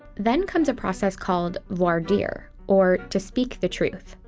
then comes a process called voir dire or to speak the truth.